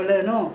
ah